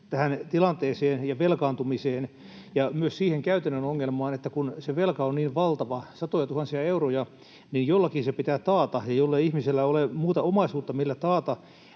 tähän tilanteeseen ja velkaantumiseen ja myös siihen käytännön ongelmaan, että kun se velka on niin valtava, satoja tuhansia euroja, niin jollakin se pitää taata, ja jollei ihmisellä ole muuta omaisuutta, millä taata,